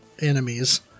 enemies